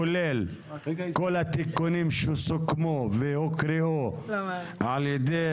כולל כל התיקונים שסוכמו והוקראו על ידי